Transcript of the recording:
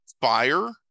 fire